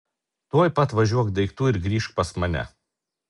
tuoj pat važiuok daiktų ir grįžk pas mane